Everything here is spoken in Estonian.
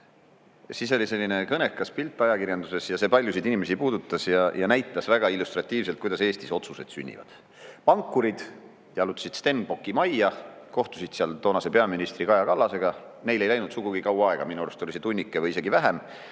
Siis oli selline kõnekas pilt ajakirjanduses ja see paljusid inimesi puudutas ja näitas väga illustratiivselt, kuidas Eestis otsused sünnivad. Pankurid jalutasid Stenbocki majja, kohtusid seal toonase peaministri Kaja Kallasega, neil ei läinud sugugi kaua aega, minu arust oli see tunnike või isegi vähem,